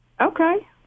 Okay